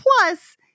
Plus